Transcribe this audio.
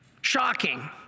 Shocking